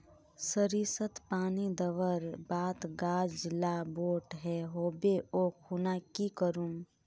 सरिसत पानी दवर बात गाज ला बोट है होबे ओ खुना की करूम?